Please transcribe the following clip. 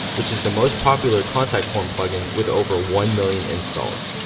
which is the most popular contact form plugin with over one million installs.